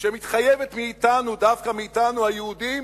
שמתחייבת מאתנו, דווקא מאתנו היהודים,